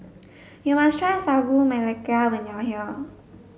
you must try sagu melaka when you are here